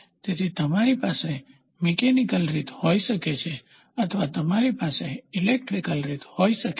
તેથી તમારી પાસે મીકેનીકલ રીત હોઈ શકે છે અથવા તમારી પાસે ઇલેક્ટ્રીકલ રીત હોઈ શકે છે